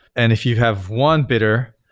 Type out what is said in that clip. and if you have one bidder,